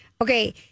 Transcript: okay